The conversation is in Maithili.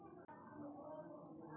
जाल गोलाकार मे पानी पे गिरै छै